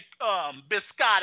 biscotti